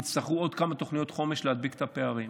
יצטרכו עוד כמה תוכניות חומש להדביק את הפערים.